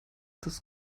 das